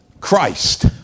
Christ